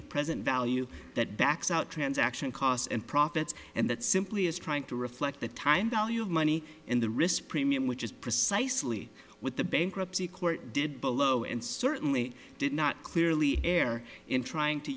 of present value that backs out transaction costs and profits and that simply is trying to reflect the time value of money in the risk premium which is precisely what the bankruptcy court did below and certainly did not clearly err in trying to